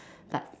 but